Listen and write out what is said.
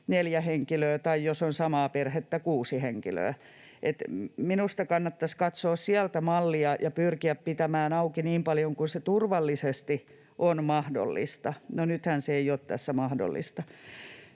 neljä henkilöä, tai jos on samaa perhettä, kuusi henkilöä. Että minusta kannattaisi katsoa sieltä mallia ja pyrkiä pitämään auki niin paljon kuin se turvallisesti on mahdollista — no, nythän se ei ole tässä mahdollista.